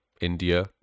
India